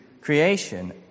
creation